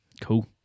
Cool